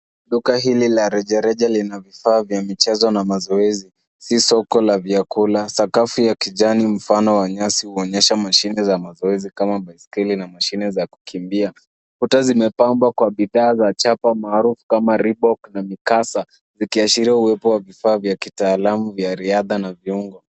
Duka hili la rejareja lina vifaa vya michezo na mazoezi. Si soko la vyakula. Sakafu ya kijani mfano wa nyasi huonyesha mashine za mazoezi kama baiskeli na mashine za kukimbia. Kuta zimepambwa kwa bidhaa za chapa maarufu kama Reebok na Mikasa vikiashiria uwepo wa vifaa vya kitaalamu vya riadha na viungo.